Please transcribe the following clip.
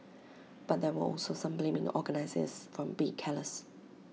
but there were also some blaming the organisers for being careless